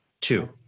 Two